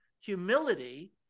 humility